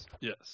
Yes